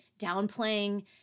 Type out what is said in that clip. downplaying